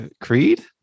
Creed